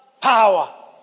power